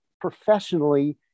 professionally